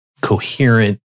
coherent